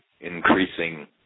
increasing